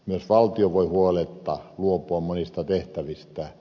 myös valtio voi huoletta luopua monista tehtävistä